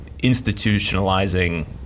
institutionalizing